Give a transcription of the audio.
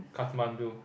Kathmandu